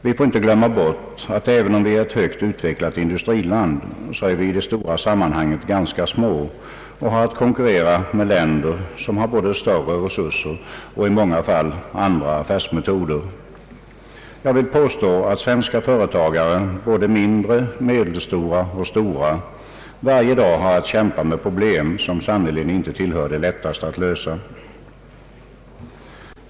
Vi får inte glömma bort att även om vi är ett högt utvecklat industriland, så är vi i de stora sammanhangen ganska små och måste konkurrera med länder, som har både större resurser och i många fall andra affärsmetoder. Jag vill påstå att svenska företagare, såväl mindre, medelstora som stora, varje dag har att kämpa med problem, som sannerligen inte tillhör de lättaste.